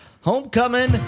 Homecoming